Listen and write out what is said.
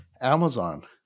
Amazon